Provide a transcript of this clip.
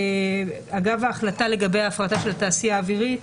אגב, ההחלטה לגבי ההפרטה של התעשייה האווירית,